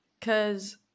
Cause